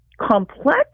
complex